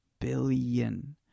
billion